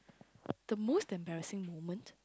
the most embarrassing moment